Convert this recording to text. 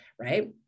right